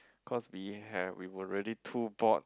cause we have we already too bored